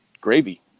gravy